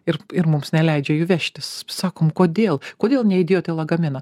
ir ir mums neleidžia jų vežtis sakom kodėl kodėl neįdėjot į lagaminą